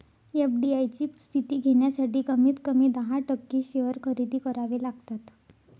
FDI ची स्थिती घेण्यासाठी कमीत कमी दहा टक्के शेअर खरेदी करावे लागतात